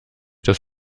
das